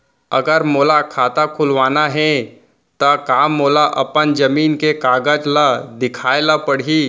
अगर मोला खाता खुलवाना हे त का मोला अपन जमीन के कागज ला दिखएल पढही?